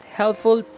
helpful